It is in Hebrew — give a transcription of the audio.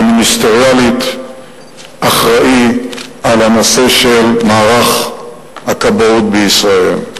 שמיניסטריאלית אחראי לנושא של מערך הכבאות בישראל.